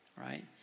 right